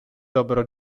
dobro